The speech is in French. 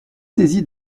saisi